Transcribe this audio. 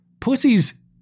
pussies